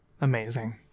Amazing